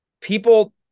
people